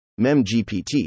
MEMGPT